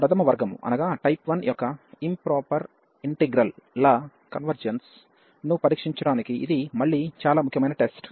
ప్రధమ వర్గము యొక్క ఇంప్రాపర్ ఇంటిగ్రల్ ల కన్వర్జెన్స్ ను పరిక్షించడానికి ఇది మళ్ళీ చాలా ముఖ్యమైన టెస్ట్